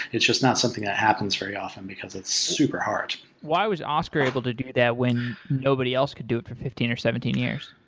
it's just not something that happens very often because it's super hard. why was oscar able to do that when nobody else could do it for fifteen or seventeen years?